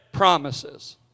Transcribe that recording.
promises